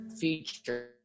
feature